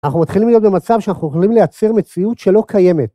אנחנו מתחילים להיות במצב שאנחנו יכולים לייצר מציאות שלא קיימת.